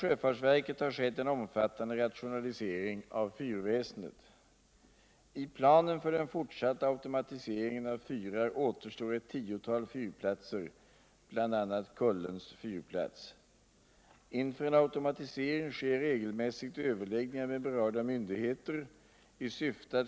Småbåtstrafiken är synnerligen intensiv under sommarhalvåret, och området som är naturreservat besökes årligen av ca 250 000 turister. Olycksfrekvensen är hög på grund av den branta klippkusten, och fyrplatsen har därvidlag visat sig vara en väl fungerande larmcentral, som också kunnat inrapportera oljeutsläpp m.m. Dessutom utförs väderobservationer som enligt SMHI inte helt kan automatiseras.